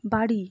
বাড়ি